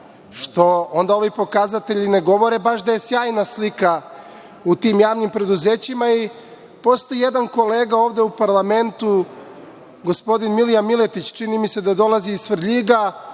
što onda ovi pokazatelji ne govore baš da je sjajna slika u tim javnim preduzećima. Postoji jedan kolega ovde u parlamentu, gospodin Milija Miletić, čini mi se da dolazi iz Svrljiga